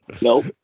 Nope